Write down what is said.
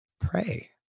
pray